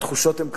התחושות הן קשות.